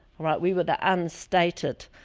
we were the unstated,